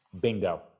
Bingo